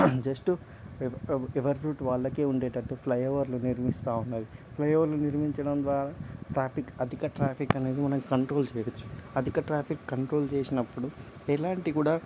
just ఎవ ఎవరి రూటు వాళ్ళకే ఉండేటట్టు ఫ్లై ఓవర్లు నిర్మిస్తా ఉన్నారు ఫ్లై ఓవర్లు నిర్మించడం ద్వారా ట్రాఫిక్ అధిక ట్రాఫిక్ అనేది మనం కంట్రోల్ చేయొచ్చు అధిక ట్రాఫిక్ కంట్రోల్ చేసినప్పుడు ఎలాంటి కూడా